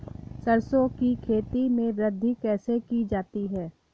सरसो की खेती में वृद्धि कैसे की जाती है?